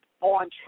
on